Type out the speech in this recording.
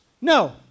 No